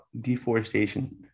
deforestation